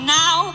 now